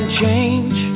change